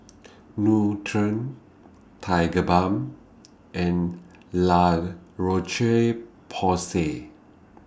Nutren Tigerbalm and La Roche Porsay